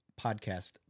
podcast